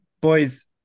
Boys